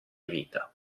vita